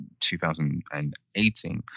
2018